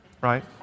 right